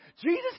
Jesus